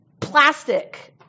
plastic